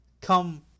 come